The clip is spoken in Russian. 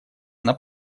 она